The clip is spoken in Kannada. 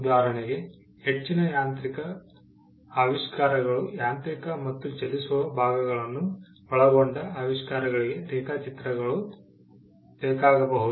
ಉದಾಹರಣೆಗೆ ಹೆಚ್ಚಿನ ಯಾಂತ್ರಿಕ ಆವಿಷ್ಕಾರಗಳು ಯಾಂತ್ರಿಕ ಮತ್ತು ಚಲಿಸುವ ಭಾಗಗಳನ್ನು ಒಳಗೊಂಡ ಆವಿಷ್ಕಾರಗಳಿಗೆ ರೇಖಾಚಿತ್ರಗಳು ಬೇಕಾಗಬಹುದು